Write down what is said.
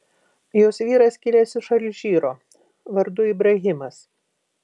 jos vyras kilęs iš alžyro vardu ibrahimas